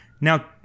Now